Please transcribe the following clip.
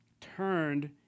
turned